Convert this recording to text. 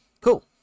cool